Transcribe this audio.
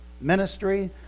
ministry